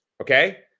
okay